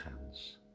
hands